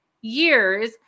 years